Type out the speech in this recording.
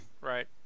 Right